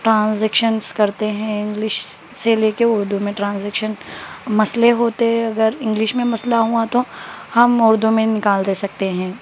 transactions کرتے ہیں English سے لے کے اردو میں ٹرانزیکشن مسئلے ہوتے اگر انگلش میں مسئلہ ہوا تو ہم اردو میں نکال دے سکتے ہیں